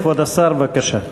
כבוד השר, בבקשה.